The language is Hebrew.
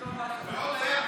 ועוד היד